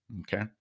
Okay